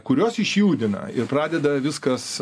kurios išjudina ir pradeda viskas